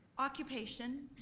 occupation,